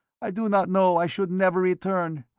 i did not know i should never return,